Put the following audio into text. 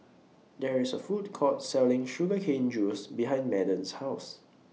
There IS A Food Court Selling Sugar Cane Juice behind Madden's House